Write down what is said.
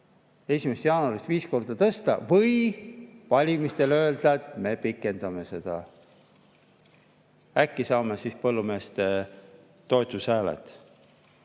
siis 1. jaanuarist viis korda tõsta või valimistel öelda, et me pikendame seda? Äkki saame siis põllumeeste toetushääled.